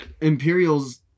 imperial's